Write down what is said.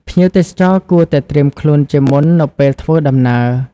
ភ្ញៀវទេសចរគួរតែត្រៀមខ្លួនជាមុននៅពេលធ្វើដំណើរ។